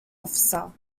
officer